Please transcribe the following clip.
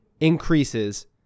increases